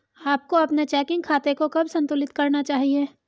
आपको अपने चेकिंग खाते को कब संतुलित करना चाहिए?